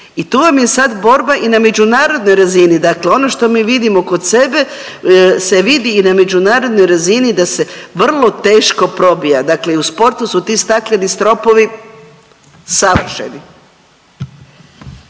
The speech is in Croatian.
I tu vam je sad borba i na međunarodnoj razini, dakle ono što mi vidimo kod sebe se vidi i na međunarodnoj razini da se vrlo teško probija. Dakle, i u sportu su ti stakleni stropovi savršeni.